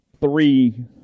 three